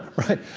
right.